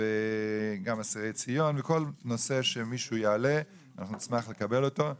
כל נושא שמישהו יעלה, נשמח לקבל אותו.